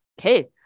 okay